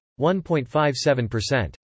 1.57%